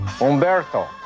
Umberto